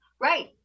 Right